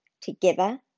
together